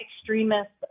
extremists